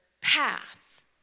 path